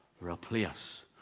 replace